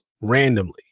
randomly